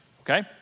okay